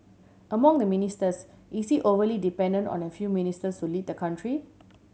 among the ministers is he overly dependent on a few ministers to lead the country